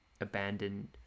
abandoned